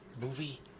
movie